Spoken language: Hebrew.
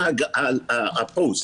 מה ה-posts?